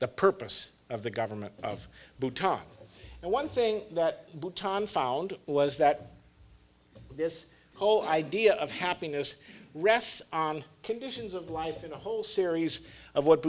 the purpose of the government of the top one thing what tom found was that this whole idea of happiness rests on conditions of life in a whole series of what